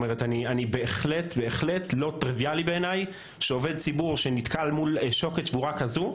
בהחלט לא טריוויאלי בעיני שעובד ציבור שנתקל מול שוקת שבורה כזו,